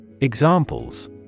Examples